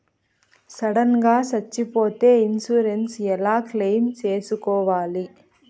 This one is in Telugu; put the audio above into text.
సడన్ గా సచ్చిపోతే ఇన్సూరెన్సు ఎలా క్లెయిమ్ సేసుకోవాలి?